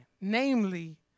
namely